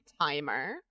Timer